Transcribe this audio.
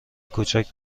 کوچک